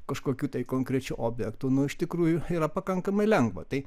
kažkokių tai konkrečių objektų nu iš tikrųjų yra pakankamai lengva tai